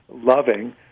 loving